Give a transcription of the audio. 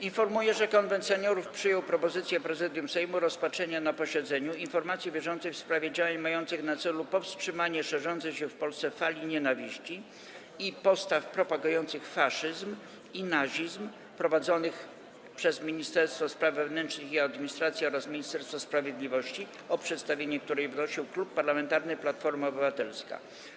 Informuję, że Konwent Seniorów przyjął propozycję Prezydium Sejmu rozpatrzenia na posiedzeniu informacji bieżącej w sprawie działań mających na celu powstrzymanie szerzącej się w Polsce fali nienawiści i postaw propagujących faszyzm i nazizm, prowadzonych przez Ministerstwo Spraw Wewnętrznych i Administracji oraz Ministerstwo Sprawiedliwości, o przedstawienie której wnosił Klub Parlamentarny Platforma Obywatelska.